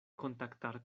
contactar